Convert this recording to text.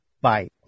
Bye